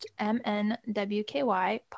MNWKY